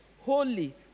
holy